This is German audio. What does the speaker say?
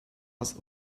aus